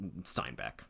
Steinbeck